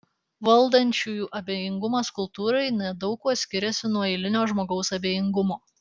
valdančiųjų abejingumas kultūrai nedaug kuo skiriasi nuo eilinio žmogaus abejingumo